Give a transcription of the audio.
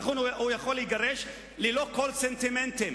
לכן הוא יכול להיות מגורש ללא כל סנטימנטים.